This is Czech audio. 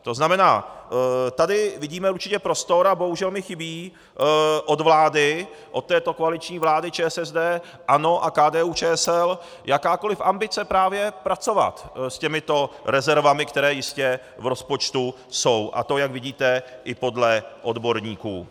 To znamená, tady vidíme určitě prostor a bohužel mi chybí od vlády, od této koaliční vlády ČSSD, ANO a KDUČSL, jakákoliv ambice právě pracovat s těmito rezervami, které jistě v rozpočtu jsou, a to jak vidíte, i podle odborníků.